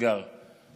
מהמאגר